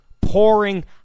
pouring